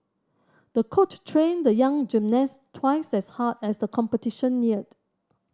the coach trained the young gymnast twice as hard as the competition neared